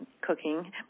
cooking